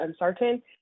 uncertain